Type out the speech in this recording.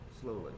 slowly